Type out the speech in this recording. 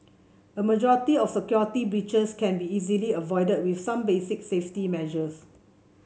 a majority of security breaches can be easily avoided with some basic safety measures